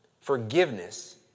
forgiveness